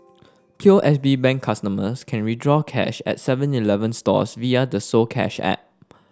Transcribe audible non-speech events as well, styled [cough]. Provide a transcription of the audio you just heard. [noise] P O S B Bank customers can withdraw cash at seven Eleven stores via the soCash app [noise]